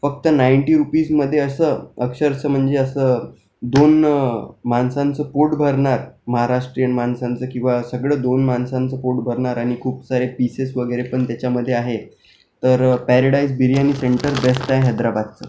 फक्त नाईन्टी रूपीजमध्ये असं अक्षरशः म्हणजे असं दोन माणसांचं पोट भरणार महाराष्ट्रीयन माणसांचं की बा सगळं दोन माणसांचं पोट भरणार आणि खूप सारे पिसेस वगैरे पण त्याच्यामध्ये आहे तर पॅरेडाईज बिर्याणी सेंटर बेस्ट आहे हैद्राबादचं